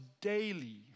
daily